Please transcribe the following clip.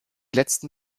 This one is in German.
letzten